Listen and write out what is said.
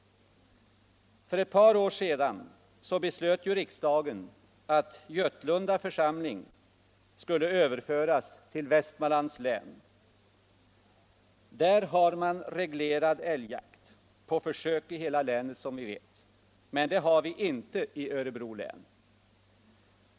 För ett par år sedan beslöt riksdagen att Götlunda församling skulle överföras till Västmanlands län. Där har man reglerad älgjakt på försök i hela länet, vilket vi inte har i Örebro län.